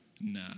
Nah